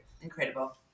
Incredible